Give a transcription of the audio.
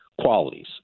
qualities